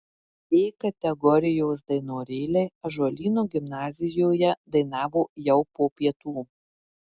d kategorijos dainorėliai ąžuolyno gimnazijoje dainavo jau po pietų